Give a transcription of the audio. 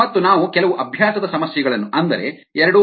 ಮತ್ತು ನಾವು ಕೆಲವು ಅಭ್ಯಾಸದ ಸಮಸ್ಯೆಗಳನ್ನು ಅಂದರೆ 2